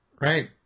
Right